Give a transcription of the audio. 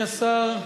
אדוני השר,